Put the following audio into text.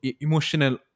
emotional